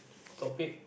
topic